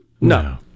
no